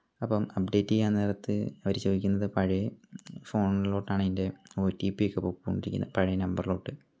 അപ്പം അപ്ഡേറ്റ് ചെയ്യാൻ നേരത്ത് അവർ ചോദിക്കുന്നത് പഴയ ഫോണിലോട്ടാണ് അതിൻ്റെ ഒ റ്റി പി ഒക്കെ പോയിക്കൊണ്ടിരിക്കുന്നത് പഴയ നമ്പറിലോട്ട്